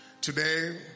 today